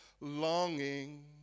longing